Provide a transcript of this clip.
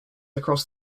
across